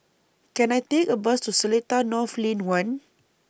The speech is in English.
Can I Take A Bus to Seletar North Lane one